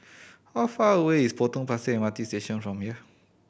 how far away is Potong Pasir M R T Station from here